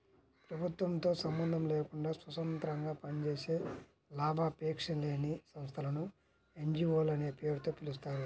ప్రభుత్వంతో సంబంధం లేకుండా స్వతంత్రంగా పనిచేసే లాభాపేక్ష లేని సంస్థలను ఎన్.జీ.వో లనే పేరుతో పిలుస్తారు